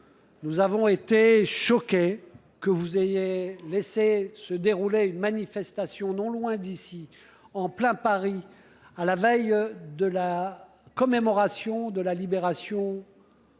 nous avons été choqués que vous ayez laissé se dérouler une manifestation non loin d'ici, en plein Paris, à la veille de la commémoration de la libération